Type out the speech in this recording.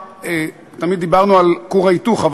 תמיד דיברנו על כור ההיתוך,